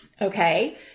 okay